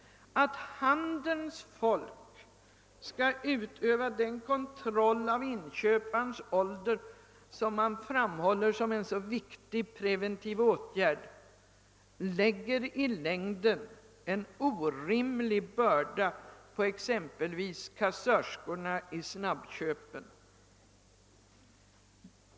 Att handelns folk skall utöva den kontroll av inköparens ålder som man framhåller som en så viktig preventiv åtgärd lägger i längden en orimlig börda på exempelvis kassörskorna i snabbköpen.